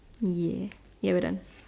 ya ya we're done